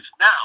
now